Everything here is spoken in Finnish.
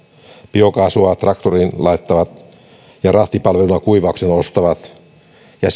biokaasua traktoriin laittaville rahtipalveluja kuivaukseen ostaville ja